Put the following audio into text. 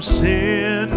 sin